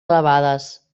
elevades